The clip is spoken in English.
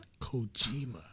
Kojima